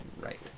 Right